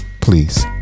Please